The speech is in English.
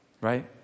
right